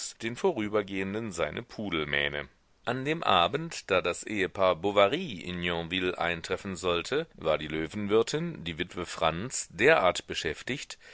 den vorübergehenden seine pudelmähne an dem abend da das ehepaar bovary in yonville eintreffen sollte war die löwenwirtin die witwe franz derartig beschäftigt